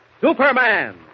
Superman